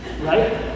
right